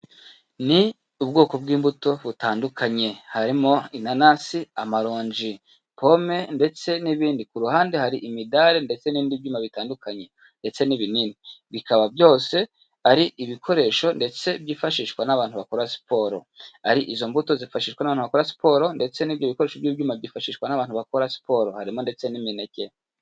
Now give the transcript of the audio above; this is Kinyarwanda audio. Ni ubwoko bw'imbuto butandukanye; harimo inanasi, amaronji, pome ndetse n'ibindi; ku ruhande hari imidari ndetse n'ibindi byuma bitandukanye ndetse n'ibinini bikaba byose ari ibikoresho ndetse byifashishwa n'abantu bakora siporo, ari izo mbuto zifashishwakora siporo ndetse n'ibyo bikoresho by'ibyuma byifashishwa n'abantu bakora siporo harimo ndetse n'imineke.